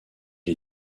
est